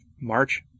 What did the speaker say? March